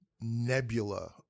nebula